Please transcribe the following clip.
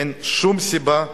אין שום סיבה.